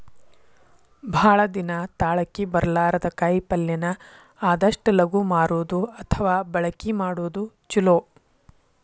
ಭಾಳ ದಿನಾ ತಾಳಕಿ ಬರ್ಲಾರದ ಕಾಯಿಪಲ್ಲೆನ ಆದಷ್ಟ ಲಗು ಮಾರುದು ಅಥವಾ ಬಳಕಿ ಮಾಡುದು ಚುಲೊ